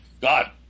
God